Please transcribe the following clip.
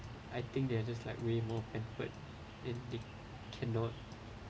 I think they are just like way more pampered and they cannot